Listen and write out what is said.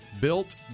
Built